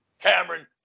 Cameron